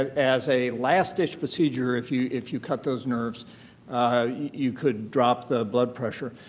and as a last ditch procedure if you if you cut those nerves you could drop the blood pressure.